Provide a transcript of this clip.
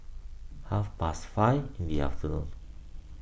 half past five in the afternoon